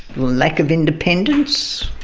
lack of independence.